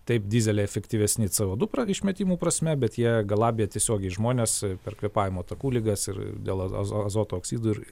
taip dyzeliai efektyvesni c o du išmetimų prasme bet jie galabija tiesiogiai žmones per kvėpavimo takų ligas ir dėl azo azoto oksidų